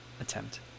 attempt